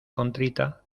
contrita